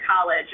college